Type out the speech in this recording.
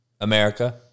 America